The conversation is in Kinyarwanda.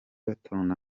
batonda